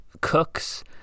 cooks